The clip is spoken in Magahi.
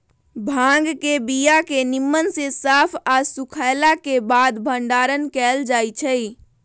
भांग के बीया के निम्मन से साफ आऽ सुखएला के बाद भंडारण कएल जाइ छइ